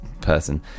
person